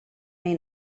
may